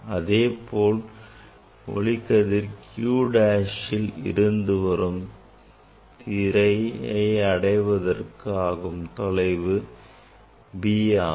அதேபோல் ஒளிக்கதிர் Q dashல் இருந்து திரையை அடைவதற்கு ஆகும் தொலைவும் b ஆகும்